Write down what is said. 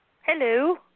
Hello